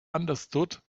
understood